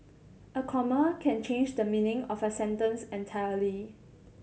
a comma can change the meaning of a sentence entirely